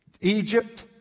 Egypt